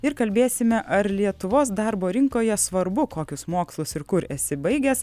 ir kalbėsime ar lietuvos darbo rinkoje svarbu kokius mokslus ir kur esi baigęs